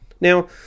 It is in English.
Now